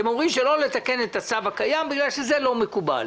אתם אומרים שלא לתקן את הצו הקיים בגלל שזה לא מקובל,